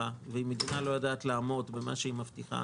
ואם המדינה לא יודעת לעמוד במה שהיא מבטיחה,